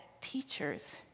teachers